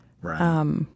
Right